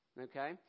okay